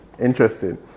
interesting